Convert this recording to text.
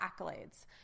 accolades